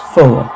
Four